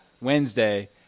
Wednesday